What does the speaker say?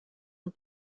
and